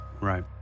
right